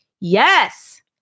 yes